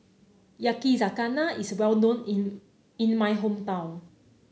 yakizakana is well known in in my hometown